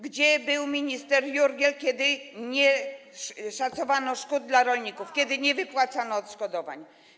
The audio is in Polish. Gdzie był minister Jurgiel, kiedy nie szacowano szkód dla rolników, kiedy nie wypłacano odszkodowań?